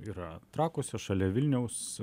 yra trakuose šalia vilniaus